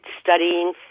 studying